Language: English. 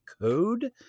code